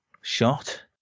shot